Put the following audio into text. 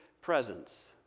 presence